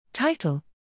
title